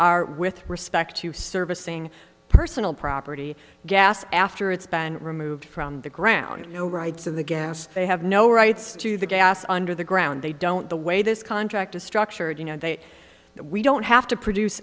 are with respect to servicing personal property gas after it's been removed from the ground no rights of the gas they have no rights to the gas under the ground they don't the way this contract is structured you know they we don't have to produce